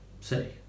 say